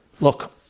look